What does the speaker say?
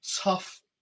tough